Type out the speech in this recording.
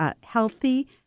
Healthy